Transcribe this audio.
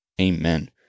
amen